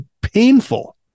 painful